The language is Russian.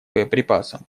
боеприпасам